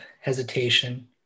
hesitation